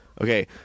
Okay